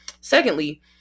Secondly